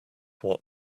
what